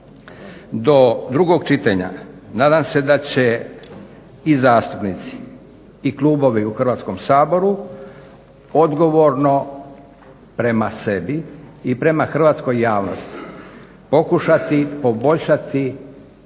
Do drugog čitanja nadam se da će i zastupnici i klubovi u Hrvatskom saboru odgovorno prema sebi i prema hrvatskoj javnosti pokušati poboljšati